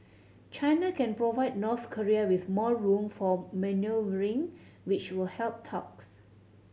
China can provide North Korea with more room for manoeuvring which will help talks